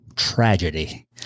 Tragedy